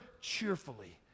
cheerfully